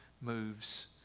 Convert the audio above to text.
moves